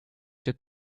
took